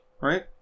right